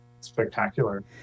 spectacular